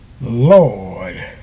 Lord